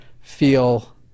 feel